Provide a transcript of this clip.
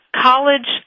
College